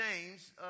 James